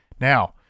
Now